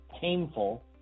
painful